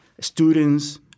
students